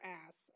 ass